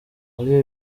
muri